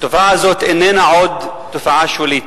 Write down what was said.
התופעה הזאת איננה עוד תופעה שולית.